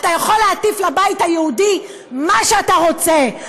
אתה יכול להטיף לבית היהודי מה שאתה רוצה,